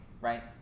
right